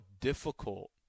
difficult